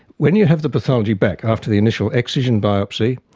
when you have the pathology back after the initial excision biopsy,